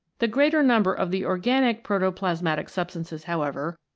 the greater number of the organic protoplasmatic substances, however,